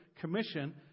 commission